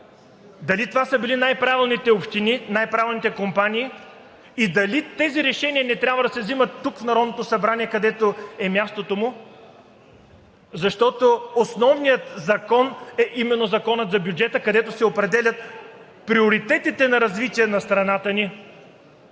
Дали това са били най-правилните общини, най-правилните компании? Дали тези решения не трябва да се взимат тук, в Народното събрание, където е мястото им? Защото основният закон е именно законът за бюджета, където се определят приоритетите на развитието на страната ни.